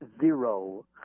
Zero